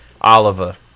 Oliver